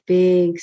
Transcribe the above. big